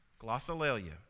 glossolalia